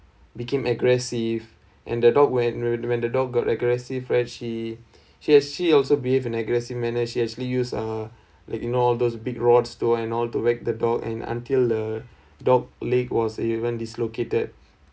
became aggressive and the dog went when the dog got aggresive right she she has she also behave an aggressive manner she actually use uh like in all those big rod stool and all to whack the dog and until the dog leg was even dislocated